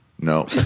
No